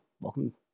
welcome